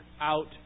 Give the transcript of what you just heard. out